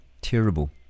terrible